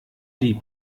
die